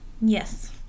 Yes